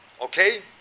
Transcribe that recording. Okay